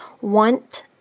want